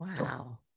Wow